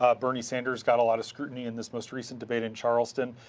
ah bernie sanders got a lot of scrutiny in this most recent debate in charleston.